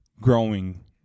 growing